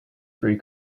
free